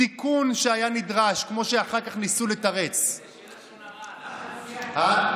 תיקון שנדרש, כמו שניסו לתרץ אחר כך.